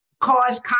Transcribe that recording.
cause